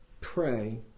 Pray